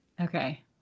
Okay